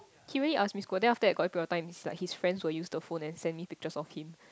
he really ask me school work then after that got period of time is like his friends will use the phone and send me picture of him